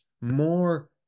more